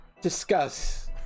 discuss